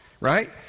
right